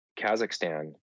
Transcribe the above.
Kazakhstan